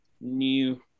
new